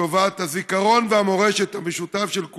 לטובת הזיכרון והמורשת המשותפים של כולנו,